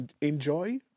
enjoy